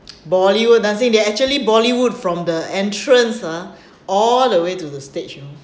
bollywood dancing they are actually bollywood from the entrance ah all the way to the stage you know